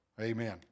amen